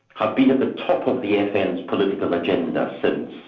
have been at the top of the fn's political agenda since.